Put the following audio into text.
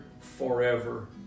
forever